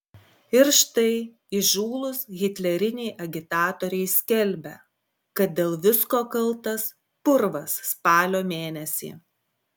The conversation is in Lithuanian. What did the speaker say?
ir štai įžūlūs hitleriniai agitatoriai skelbia kad dėl visko kaltas purvas spalio mėnesį